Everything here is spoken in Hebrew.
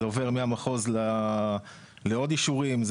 זה עובר מהמחוז לעוד אישורים.